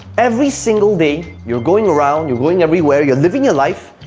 every single day, you're going around, you're going everywhere, you're living your life,